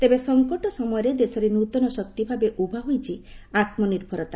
ତେବେ ସଂକଟ ସମୟରେ ଦେଶରେ ନୃତନ ଶକ୍ତି ଭାବେ ଉଭା ହୋଇଛି ଆତ୍ମନିର୍ଭରତା